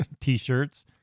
t-shirts